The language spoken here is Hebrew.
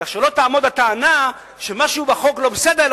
כך שלא תעמוד הטענה שמשהו בחוק לא בסדר,